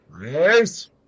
Yes